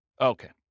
Okay